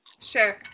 Sure